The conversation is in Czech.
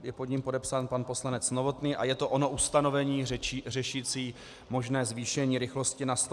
Je pod ním podepsán pan poslanec Novotný a je to ono ustanovení řešící možné zvýšení rychlosti na 150 km/h.